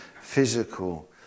physical